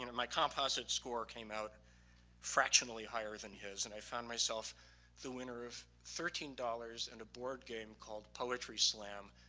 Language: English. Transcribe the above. and my composite score came out fractionally higher than his, and i found myself the winner of thirteen dollars and a board game called poetry slam.